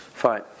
Fine